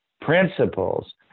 principles